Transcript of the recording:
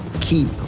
keep